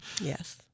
Yes